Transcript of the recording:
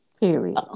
Period